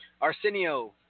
Arsenio